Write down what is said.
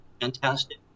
Fantastic